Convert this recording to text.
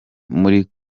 muri